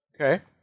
Okay